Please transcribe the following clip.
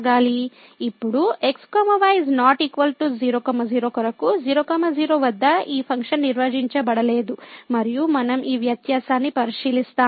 ఇప్పుడు x y ≠ 00 కొరకు 00 వద్ద ఈ ఫంక్షన్ నిర్వచించబడలేదు మరియు మనం ఈ వ్యత్యాసాన్ని పరిశీలిస్తాము